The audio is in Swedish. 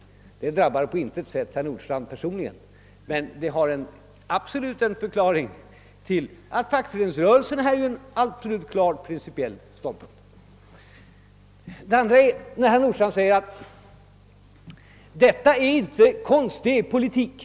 Detta förhållande drabbar på intet sätt herr Nordstrandh personligen, men det är utan tvivel en förklaring till att fackföreningsrörel sen intagit denna sin klara principiella ståndpunkt. Herr Nordstrandh säger vidare alt det inte är fråga om konst utan om politik.